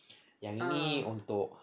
yang ini untuk